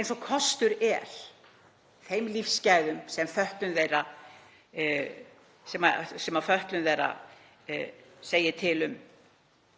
eins og kostur er þeim lífsgæðum sem fötlun þeirra segir til um.